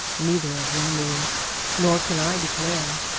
neither of them knew nor can i declare.